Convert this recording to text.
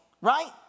right